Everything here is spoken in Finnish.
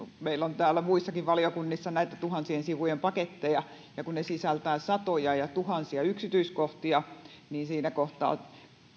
meillä on täällä muissakin valiokunnissa näitä tuhansien sivujen paketteja ja kun ne sisältävät satoja ja tuhansia yksityiskohtia niin siinä kohtaa